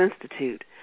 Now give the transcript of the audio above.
Institute